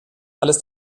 alles